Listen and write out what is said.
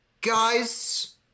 Guys